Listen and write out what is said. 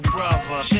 Brother